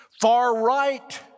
Far-right